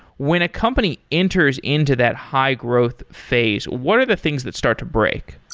when a company enters into that high-growth phase, what are the things that start to break?